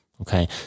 Okay